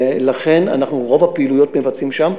ולכן אנחנו את רוב הפעילויות מבצעים שם,